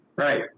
Right